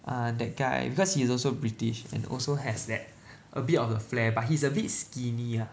ah that guy because he is also british and also has that a bit of a flair but he's a bit skinny ah